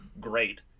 great